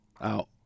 out